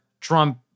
Trump